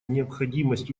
необходимость